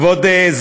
כבוד היושבת-ראש,